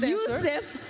youssef,